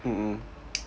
mmhmm